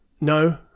No